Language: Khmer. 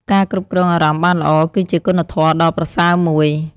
ការគ្រប់គ្រងអារម្មណ៍បានល្អ គឺជាគុណធម៌ដ៏ប្រសើរមួយ។